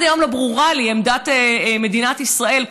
עד היום לא ברורה לי עמדת מדינת ישראל,